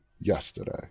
yesterday